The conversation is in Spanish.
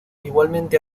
igualmente